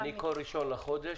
אני כל ראשון לחודש,